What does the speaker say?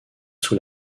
sous